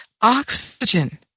oxygen